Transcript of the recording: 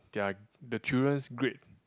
their the children's grade